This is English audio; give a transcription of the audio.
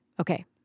Okay